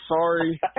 Sorry